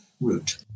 route